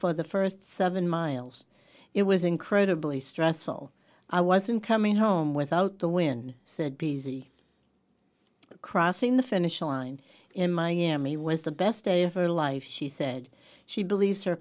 for the first seven miles it was incredibly stressful i wasn't coming home without the win said b c crossing the finish line in miami was the best day of her life she said she believes her